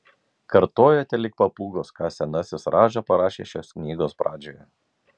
kartojate lyg papūgos ką senasis radža parašė šios knygos pradžioje